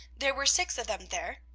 there were six of them there.